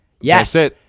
yes